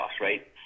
right